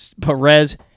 Perez